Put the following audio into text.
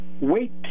wait